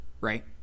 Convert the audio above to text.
right